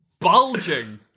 Bulging